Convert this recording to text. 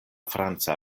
franca